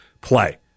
play